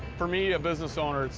for me, a business owner,